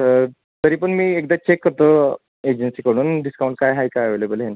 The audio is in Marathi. सर तरी पण मी एकदा चेक करतो एजन्सीकडून डिस्काउंट काय आहे काय अवेलेबल हे